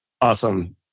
Awesome